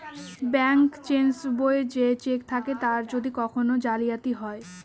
bank cheque বইয়ে যে cheque থাকে তার যদি কখন জালিয়াতি হয়